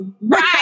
right